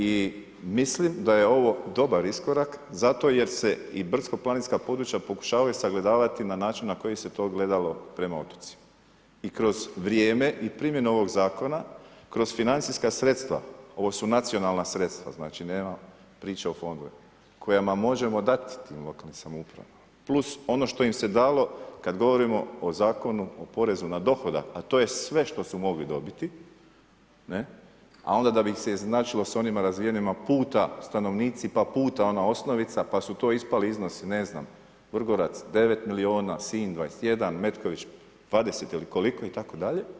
I mislim da je ovo dobar iskorak, zato jer se i brdsko planinska područja pokušavaju sagledavati, na način, na koji se to gledalo prema … I kroz vrijeme i primjenu ovog zakona, kroz financijska sredstva, ovo su nacionalna sredstva, znači nema priče o fondovima, kojima možemo dati lokalne samouprave, plus ono što im se dalo kada govorimo o zakonu o porezu na dohodak, a to je sve što su mogli dobiti, a onda da bi ih se izjednačilo s onima razvijenima, puta stanovnici, puta ona osnovica, pa su to ispali iznosi, ne znam, Vrgorac 9 milijuna, Sinj 21, Metković 20 ili koliko itd.